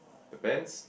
the pants